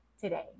today